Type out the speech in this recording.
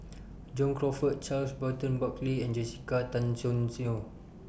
John Crawfurd Charles Burton Buckley and Jessica Tan Soon Neo